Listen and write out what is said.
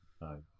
No